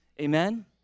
amen